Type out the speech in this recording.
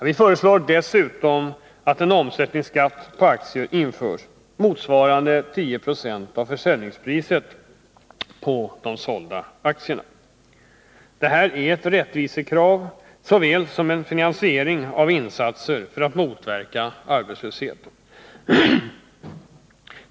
Vi föreslår dessutom att en omsättningsskatt på aktier införs, motsvarande 10 96 av försäljningspriset på de sålda aktierna. Det är ett rättvisekrav såväl som en finansiering av insatser för att motverka arbetslöshet.